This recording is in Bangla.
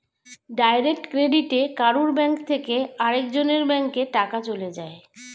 ডাইরেক্ট ক্রেডিটে কারুর ব্যাংক থেকে আরেক জনের ব্যাংকে টাকা চলে যায়